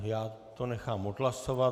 Já to nechám odhlasovat.